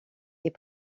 est